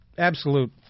Absolute